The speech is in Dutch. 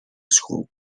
school